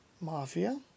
mafia